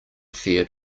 fair